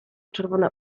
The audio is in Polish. czerwone